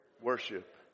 worship